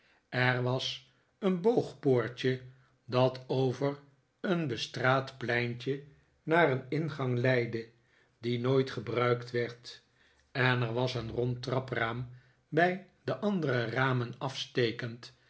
er was een boogpoortje dat over een bestraat pleintje naar een ingang leidde die nooit gebruikt werd en er was een rond trapraam bij de andere ramen afstekend